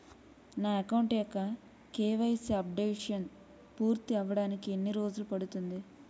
నా అకౌంట్ యెక్క KYC updation పూర్తి అవ్వడానికి ఎన్ని రోజులు పడుతుంది?